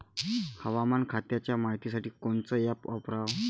हवामान खात्याच्या मायतीसाठी कोनचं ॲप वापराव?